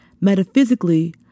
metaphysically